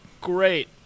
great